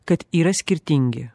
kad yra skirtingi